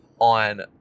on